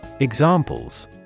Examples